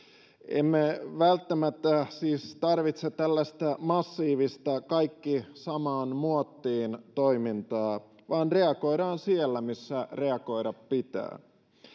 emme välttämättä siis tarvitse tällaista massiivista kaikki samaan muottiin toimintaa vaan reagoidaan siellä missä reagoida pitää